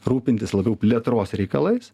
rūpintis labiau plėtros reikalais